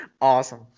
Awesome